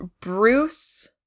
Bruce